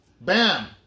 Bam